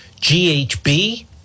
GHB